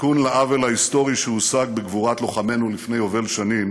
תיקון העוול ההיסטורי שהושג בגבורת לוחמינו לפני יובל שנים